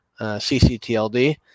cctld